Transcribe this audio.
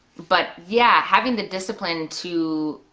but yeah, having the discipline to